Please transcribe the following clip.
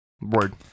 Word